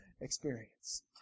experience